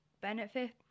benefit